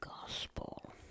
gospel